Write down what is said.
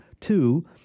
Two